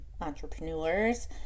entrepreneurs